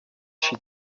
she